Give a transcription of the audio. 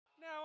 Now